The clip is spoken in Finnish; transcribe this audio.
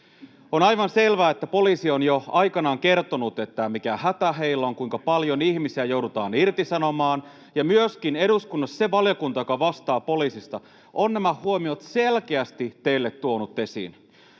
On aivan selvää, että poliisi on jo aikanaan kertonut, mikä hätä heillä on, kuinka paljon ihmisiä joudutaan irtisanomaan, [Jukka Gustafsson: Onko tämä asiallista?] ja myöskin eduskunnassa se valiokunta, joka vastaa poliisista, on nämä huomiot selkeästi teille tuonut esiin.